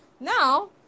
Now